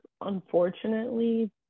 unfortunately